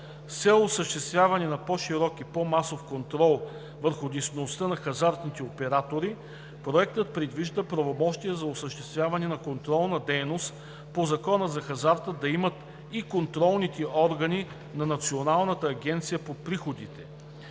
осъществяване на по-широк и по-масов контрол върху дейността на хазартните оператори Проектът предвижда правомощия за осъществяване на контролна дейност по Закона за хазарта да имат и контролните органи на Националната агенция за приходите.